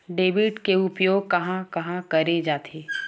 Debit के उपयोग कहां कहा करे जाथे?